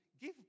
give